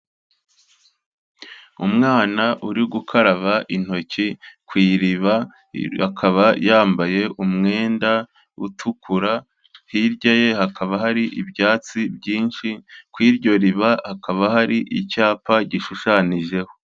Umwana uri gukaraba intoki ku iriba, akaba yambaye umwenda utukura, hirya ye hakaba hari ibyatsi byinshi, ku iryo riba hakaba hari icyapa gishushanyijeho.